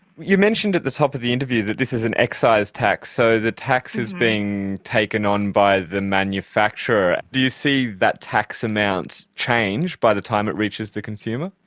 you mentioned at the top of interview that this is an excise tax, so the tax is being taken on by the manufacturer. do you see that tax amount change by the time it reaches the consumer?